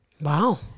Wow